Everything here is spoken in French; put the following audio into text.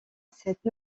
cette